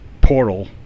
portal